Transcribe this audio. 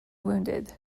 wounded